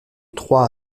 trois